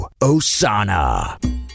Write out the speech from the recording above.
Osana